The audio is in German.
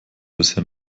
bisher